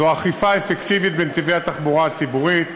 זו אכיפה אפקטיבית בנתיבי התחבורה הציבורית,